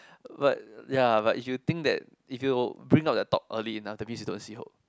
but ya but if you think that if you bring out that thought early enough that means you don't see hope